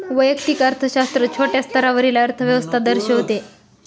वैयक्तिक अर्थशास्त्र छोट्या स्तरावरील अर्थव्यवस्था दर्शविते